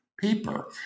paper